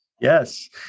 Yes